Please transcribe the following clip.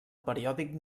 periòdic